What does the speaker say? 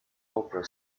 opera